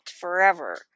forever